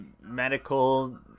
medical